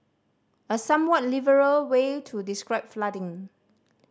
a somewhat liberal way to describe flooding